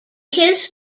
his